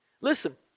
Listen